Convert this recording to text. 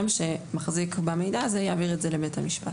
שמחזיק במידע הזה יעביר את זה לבית המשפט.